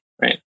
Right